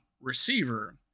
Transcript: receiver